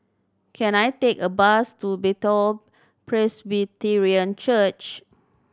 can I take a bus to Bethel Presbyterian Church